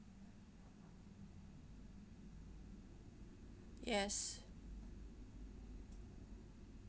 yes